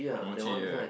Mochi yeah